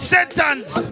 Sentence